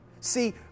See